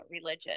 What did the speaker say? religion